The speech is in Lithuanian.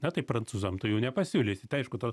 na tai prancūzam tu jų nepasiūlysi tai aišku ta